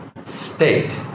state